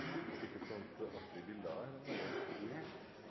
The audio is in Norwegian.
slik norm vil være